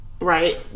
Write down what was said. right